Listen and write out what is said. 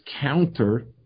counter